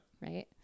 Right